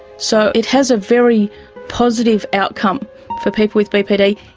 so it has a very positive outcome for people with bpd,